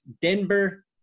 Denver